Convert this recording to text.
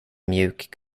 mjuk